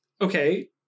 Okay